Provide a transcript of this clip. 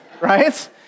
right